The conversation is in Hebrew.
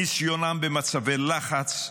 ניסיונם במצבי לחץ,